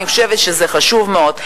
אני חושבת שזה חשוב מאוד.